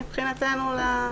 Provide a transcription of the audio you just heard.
מבחינתנו זה לא תנאי.